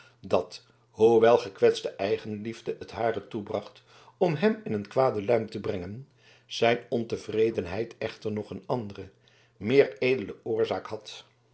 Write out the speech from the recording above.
dat hoewel gekwetste eigenliefde het hare toebracht om hem in een kwade luim te brengen zijn ontevredenheid echter nog een andere meer edele oorzaak had